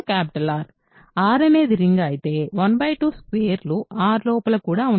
R అనేది ring అయితే 122లు R లోపల కూడా ఉండాలి